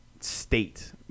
state